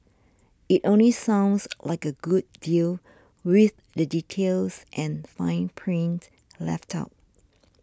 it only sounds like a good deal with the details and fine print left out